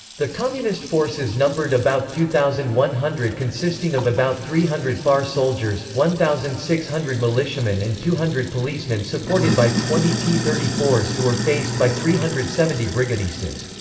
the communist forces numbered about two thousand one hundred consisting of about three hundred far soldiers, one thousand six hundred militiamen and two hundred policemen supported by twenty t thirty four s who were faced by three hundred and seventy brigadistas.